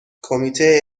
کمیته